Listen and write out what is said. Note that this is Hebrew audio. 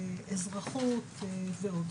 אזרחות ועוד.